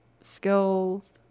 skills